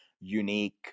unique